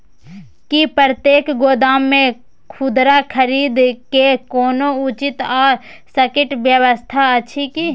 की प्रतेक गोदाम मे खुदरा खरीद के कोनो उचित आ सटिक व्यवस्था अछि की?